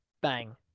bang